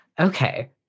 Okay